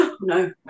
no